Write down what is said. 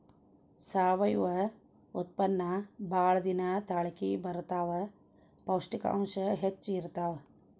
ಸಾವಯುವ ಉತ್ಪನ್ನಾ ಬಾಳ ದಿನಾ ತಾಳಕಿ ಬರತಾವ, ಪೌಷ್ಟಿಕಾಂಶ ಹೆಚ್ಚ ಇರತಾವ